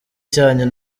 cyanyu